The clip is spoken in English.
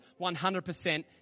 100%